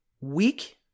weak